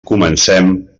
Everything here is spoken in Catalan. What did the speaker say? comencem